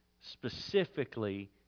specifically